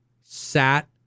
sat